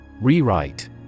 Rewrite